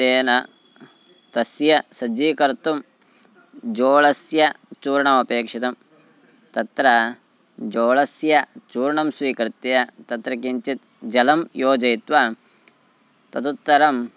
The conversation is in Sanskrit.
तेन तस्य सज्जीकर्तुं जोळस्य चूर्णमपेक्षितं तत्र जोळस्य चूर्णं स्वीकृत्य तत्र किञ्चित् जलं योजयित्वा तदुत्तरं